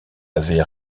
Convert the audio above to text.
avait